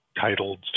titled